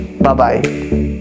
Bye-bye